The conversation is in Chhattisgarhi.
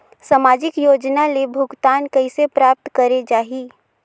समाजिक योजना ले भुगतान कइसे प्राप्त करे जाहि?